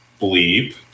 bleep